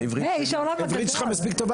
העברית שלי -- העברית שלך מספיק טובה,